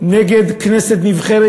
נגד כנסת נבחרת,